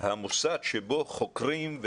המוסד שבו חוקרים.